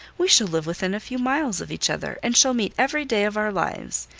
we shall live within a few miles of each other, and shall meet every day of our lives.